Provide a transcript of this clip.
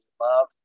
love